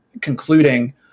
concluding